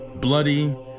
bloody